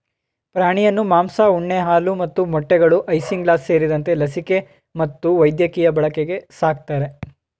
ಪ್ರಾಣಿಯನ್ನು ಮಾಂಸ ಉಣ್ಣೆ ಹಾಲು ಮತ್ತು ಮೊಟ್ಟೆಗಳು ಐಸಿಂಗ್ಲಾಸ್ ಸೇರಿದಂತೆ ಲಸಿಕೆ ಮತ್ತು ವೈದ್ಯಕೀಯ ಬಳಕೆಗೆ ಸಾಕ್ತರೆ